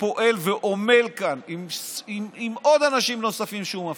פועל ועמל כאן, עם עוד אנשים נוספים שהוא מפעיל,